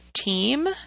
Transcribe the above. team